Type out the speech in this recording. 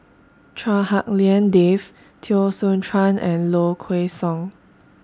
Chua Hak Lien Dave Teo Soon Chuan and Low Kway Song